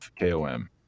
KOM